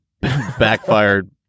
backfired